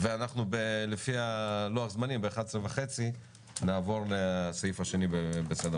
לפי לוח הזמנים ב-11:30 נעבור לסעיף השני בסדר היום.